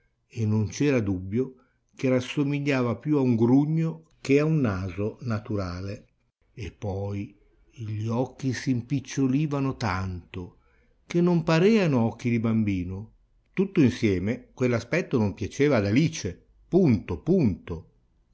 e non c'era dubbio che rassomigliava più a un grugno che a un naso naturale e poi gli occhi s'impiccolivano tanto che non pareano occhi di bambino tutto insieme quell'aspetto non piaceva ad alice punto punto